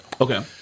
Okay